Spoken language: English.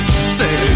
Say